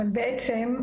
אבל בעצם,